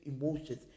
emotions